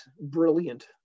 brilliant